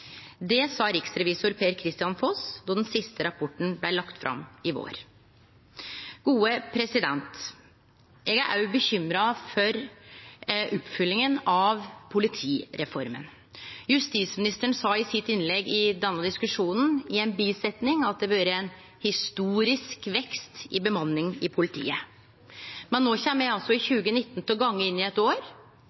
Det sa riksrevisor Per-Kristian Foss då den siste rapporten blei lagd fram i vår. Eg er òg bekymra for oppfølginga av politireforma. Justisministeren sa som eit innskot i innlegget sitt i denne diskusjonen at det har vore ein historisk vekst i bemanninga i politiet. Men me kjem no til å gå inn i eit år